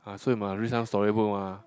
ah so you must read some storybook mah